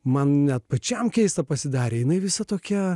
man net pačiam keista pasidarė jinai visa tokia